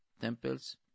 temples